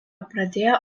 pradėjo